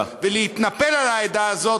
ולהתנפל על העדה הזאת,